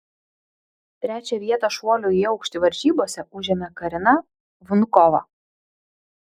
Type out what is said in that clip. trečią vietą šuolių į aukštį varžybose užėmė karina vnukova